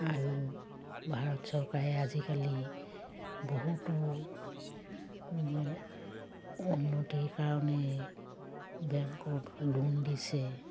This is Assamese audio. আৰু ভাৰত চৰকাৰে আজিকালি বহুতো উন্নতিৰ কাৰণে বেংকত লোন দিছে